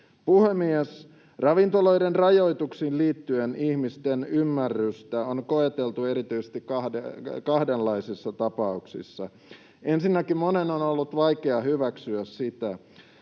Puhemies! Ravintoloiden rajoituksiin liittyen ihmisten ymmärrystä on koeteltu erityisesti kahdenlaisissa tapauksissa: Ensinnäkin monen on ollut vaikea hyväksyä sitä,